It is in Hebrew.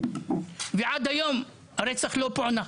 עד היום הרצח הזה לא פוענח,